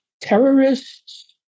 terrorists